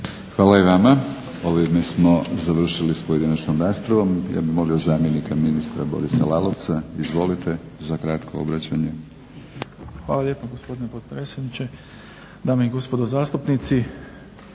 Hvala i vama. Ovime smo završili s pojedinačnom raspravom. Ja bih molio zamjenika ministra Borisa Lalovca, izvolite, za kratko obraćanje. **Lalovac, Boris** Hvala lijepo, gospodine potpredsjedniče. Dame i gospodo zastupnici.